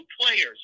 players